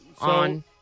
on